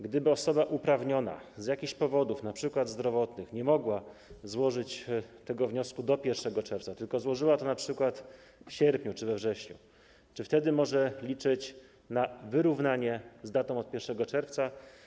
Gdyby osoba uprawniona z jakichś powodów, np. zdrowotnych, nie mogła złożyć tego wniosku do 1 czerwca, tylko złożyła go np. w sierpniu czy we wrześniu, czy wtedy może liczyć na wyrównanie z datą od 1 czerwca?